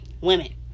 women